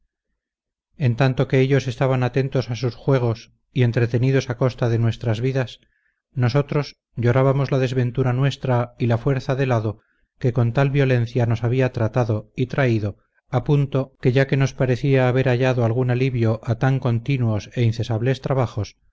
en tanto que ellos estaban atentos a sus juegos y entretenidos a costa de nuestras vidas nosotros llorábamos la desventura nuestra y la fuerza del hado que con tal violencia nos había tratado y traído a punto que ya que nos parecía haber hallado algún alivio a tan continuos e incesables trabajos